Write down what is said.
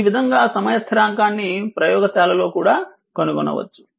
ఈ విధంగా సమయ స్థిరాంకాన్ని ప్రయోగశాలలో కూడా కనుగొనవచ్చు